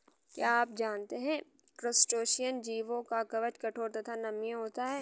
क्या आप जानते है क्रस्टेशियन जीवों का कवच कठोर तथा नम्य होता है?